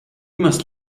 must